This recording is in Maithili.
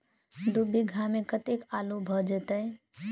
दु बीघा मे कतेक आलु भऽ जेतय?